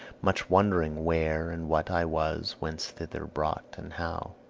much wondering where and what i was, whence thither brought, and how.